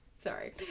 Sorry